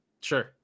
Sure